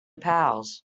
pals